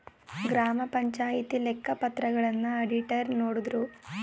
ಗ್ರಾಮ ಪಂಚಾಯಿತಿ ಲೆಕ್ಕ ಪತ್ರಗಳನ್ನ ಅಡಿಟರ್ ನೋಡುದ್ರು